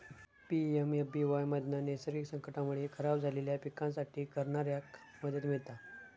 PMFBY मधना नैसर्गिक संकटांमुळे खराब झालेल्या पिकांसाठी करणाऱ्याक मदत मिळता